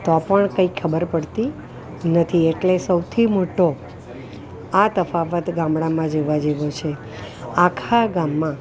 તો પણ કંઇ ખબર પડતી નથી એટલે સૌથી મોટો આ તફાવત ગામડામાં જોવા જેવો છે આખા ગામમાં